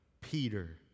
Peter